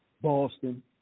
Boston